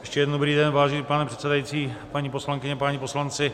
Ještě jednou dobrý den, vážený pane předsedající, paní poslankyně, páni poslanci.